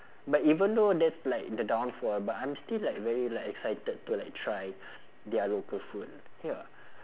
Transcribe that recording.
but even though that's like the downfall but I'm still like very like excited to like try their local food ya